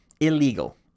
illegal